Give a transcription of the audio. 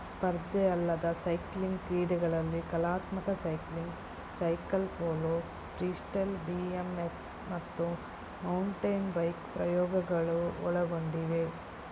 ಸ್ಪರ್ಧೆ ಅಲ್ಲದ ಸೈಕ್ಲಿಂಗ್ ಕ್ರೀಡೆಗಳಲ್ಲಿ ಕಲಾತ್ಮಕ cycling cycle polo freestyle B M X ಮತ್ತು ಮೌಂಟೇನ್ ಬೈಕ್ ಪ್ರಯೋಗಗಳು ಒಳಗೊಂಡಿವೆ